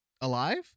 alive